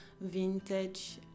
vintage